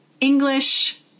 English